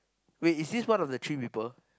wait is this one of the three people